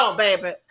baby